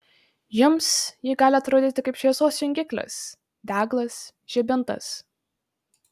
jums ji gali atrodyti kaip šviesos jungiklis deglas žibintas